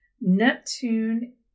Neptune